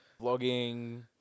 Vlogging